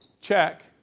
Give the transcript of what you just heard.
check